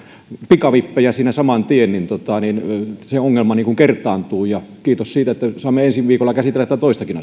pikavippejä siinä saman tien niin se ongelma kertaantuu kiitos siitä että saamme ensi viikolla käsitellä tätä toistakin